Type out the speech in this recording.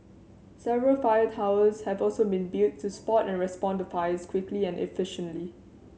several fire towers have also been built to spot and respond to fires quickly and efficiently